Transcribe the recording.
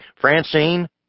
Francine